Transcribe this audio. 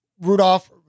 Rudolph